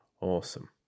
Awesome